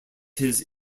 his